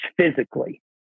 physically